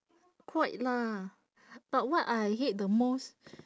quite lah but what I hate the most